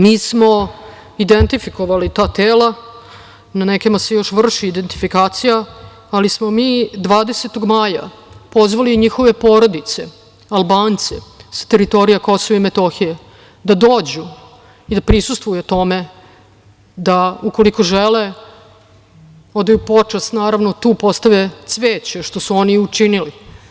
Mi smo identifikovali ta tela, na nekima se još vrši identifikacija, ali smo mi 20. maja pozvali njihove porodice, Albance sa teritorija Kosova i Metohije, da dođu i da prisustvuju tome da ukoliko žele odaju počast, naravno, tu postave cveće, što su oni i učinili.